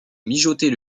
mijoter